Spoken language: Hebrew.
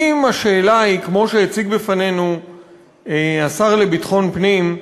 אם השאלה היא, כמו שהציג בפנינו השר לביטחון פנים,